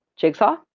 jigsaw